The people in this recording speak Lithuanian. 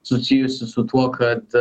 susijusi su tuo kad